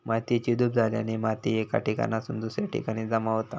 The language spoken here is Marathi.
मातेची धूप झाल्याने माती एका ठिकाणासून दुसऱ्या ठिकाणी जमा होता